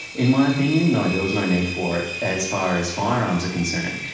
in my opinion no, there was no need for it as far as firearms are concerned.